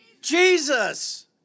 Jesus